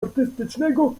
artystycznego